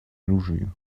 оружию